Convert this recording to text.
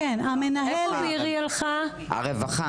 זהר,